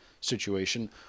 situation